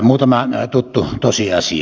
muutama tuttu tosiasia